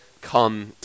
come